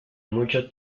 mucho